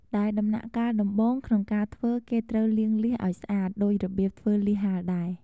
ដែលដំណាក់កាលដំបូងក្នុងការធ្វើគេត្រូវ លាងលៀសឱ្យស្អាតដូចរបៀបធ្វើលៀសហាលដែរ។